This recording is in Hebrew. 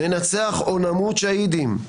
ננצח או נמות שאהידים.